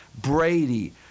Brady